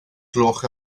gloch